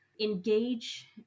engage